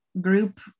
group